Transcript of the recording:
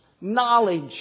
knowledge